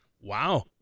wow